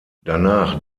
danach